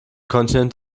kontinent